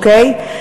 אוקיי?